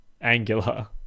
Angular